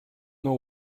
know